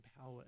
power